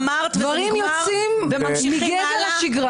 אמרת ונגמר וממשיכים הלאה?